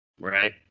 Right